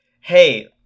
hey